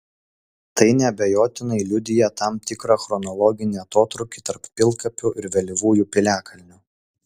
tai neabejotinai liudija tam tikrą chronologinį atotrūkį tarp pilkapių ir vėlyvųjų piliakalnių